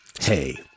hey